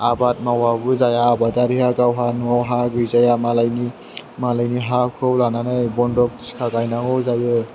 आबाद मावाबाबो जाया आबादारिया गावहा न'आव हा गैजाया मालायनि हाखौ लानानै बन्दक थिखा गायनांगौ जायो